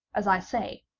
as i say,